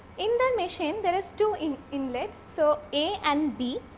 in the machine there is two in inlet, so, a and b.